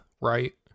right